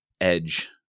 edge